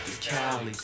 Cali